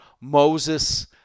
Moses